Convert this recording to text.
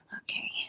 okay